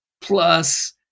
plus